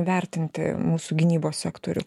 įvertinti mūsų gynybos sektorių